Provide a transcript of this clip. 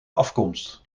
afkomst